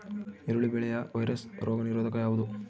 ಈರುಳ್ಳಿ ಬೆಳೆಯ ವೈರಸ್ ರೋಗ ನಿರೋಧಕ ಯಾವುದು?